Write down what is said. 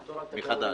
מחדש?